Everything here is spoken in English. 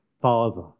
Father